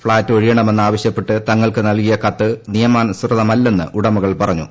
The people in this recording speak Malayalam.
ഫ്ളാറ്റ് ഒഴിയണമെന്ന് ആവശ്യപ്പെട്ട് തങ്ങൾക്ക് നൽകിയ കത്ത് നിയമാനുസൃതമല്ലെന്ന് ഉടമകൾ പറഞ്ഞു